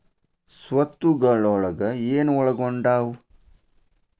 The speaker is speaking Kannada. ಸ್ವತ್ತುಗಲೊಳಗ ಏನು ಒಳಗೊಂಡಾವ?